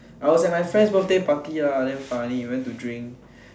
I was at my friends birthday party lah damn funny went to drink